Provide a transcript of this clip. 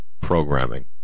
programming